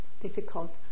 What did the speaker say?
difficult